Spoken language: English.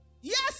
Yes